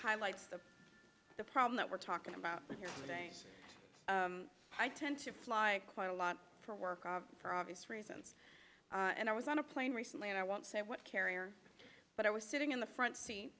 highlights of the problem that we're talking about here i tend to fly quite a lot for work for obvious reasons and i was on a plane recently and i won't say what carrier but i was sitting in the front seat